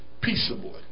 peaceably